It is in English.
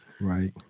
Right